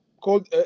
called